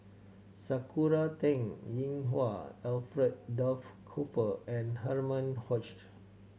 Sakura Teng Ying Hua Alfred Duff Cooper and Herman Hochstadt